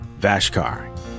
Vashkar